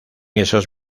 esos